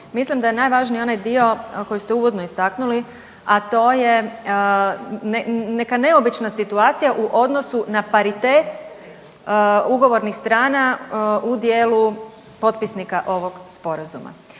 mislim da je najvažniji onaj dio koji ste istaknuli a to je neka neobična situacija u odnosu na paritet ugovornih strana u dijelu potpisnika ovog Sporazuma.